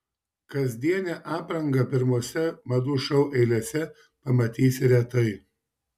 kasdienę aprangą pirmose madų šou eilėse pamatysi retai